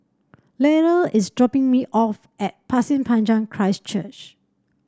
Lyle is dropping me off at Pasir Panjang Christ Church